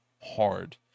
hard